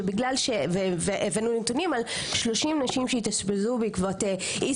על 30 נתונים על נשים שהתאשפזו בעקבות אי